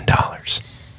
dollars